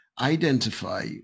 identify